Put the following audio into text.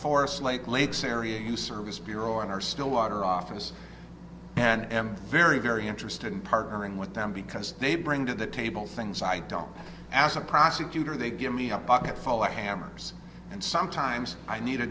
forest lake lakes area new service bureau and our stillwater office and i'm very very interested in partnering with them because they bring to the table things i don't as a prosecutor they give me a bucket full of hammers and sometimes i need a